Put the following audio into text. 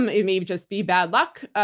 um it may just be bad luck.